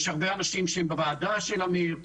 יש הרבה אנשים שהם בוועדה של אמיר,